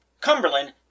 Cumberland